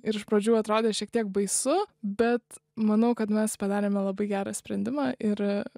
ir iš pradžių atrodė šiek tiek baisu bet manau kad mes padarėme labai gerą sprendimą ir